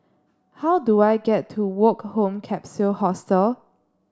how do I get to Woke Home Capsule Hostel